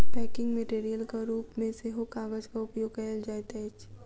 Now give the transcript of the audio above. packing मेटेरियलक रूप मे सेहो कागजक उपयोग कयल जाइत अछि